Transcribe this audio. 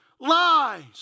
Lies